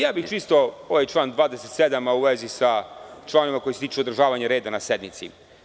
Ja bih ovaj član 27. a u vezi sa članom koji se tiče održavanja reda na sednici.